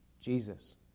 Jesus